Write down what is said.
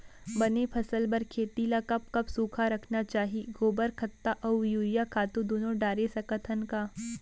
बने फसल बर खेती ल कब कब सूखा रखना चाही, गोबर खत्ता और यूरिया खातू दूनो डारे सकथन का?